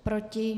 Proti?